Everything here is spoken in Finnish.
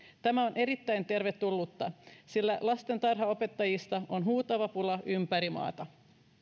tämä on erittäin tervetullutta sillä lastentarhanopettajista on huutava pula ympäri maata